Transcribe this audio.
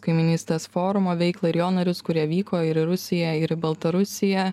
kaimynystės forumo veiklą ir jo narius kurie vyko ir į rusiją ir į baltarusiją